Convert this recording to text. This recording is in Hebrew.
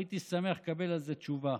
הייתי שמח לקבל על זה תשובה.